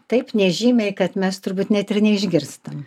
taip nežymiai kad mes turbūt net neišgirstam